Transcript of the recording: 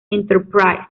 enterprise